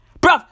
bro